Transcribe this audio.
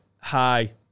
hi